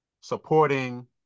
supporting